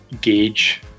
gauge